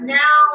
now